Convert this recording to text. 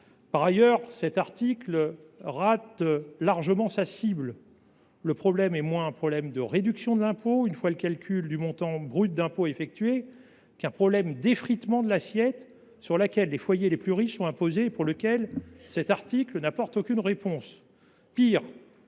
En outre, cet article rate largement sa cible. Il s’agit moins d’un problème de réduction de l’impôt, une fois le calcul du montant brut d’impôt effectué, que d’un problème d’effritement de l’assiette sur laquelle les foyers les plus riches sont imposés. À cet égard, l’article 3 n’apporte aucune réponse.